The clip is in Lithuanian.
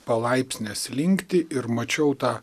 palaipsnę slinktį ir mačiau tą